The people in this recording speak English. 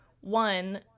one